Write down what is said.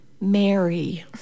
Mary